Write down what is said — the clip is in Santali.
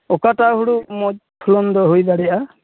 ᱚᱠᱟᱴᱟᱜ ᱦᱩᱲᱩ ᱢᱚᱸᱡ ᱯᱷᱚᱞᱚᱱ ᱫᱚ ᱦᱩᱭ ᱫᱟᱲᱮᱭᱟᱜᱼᱟ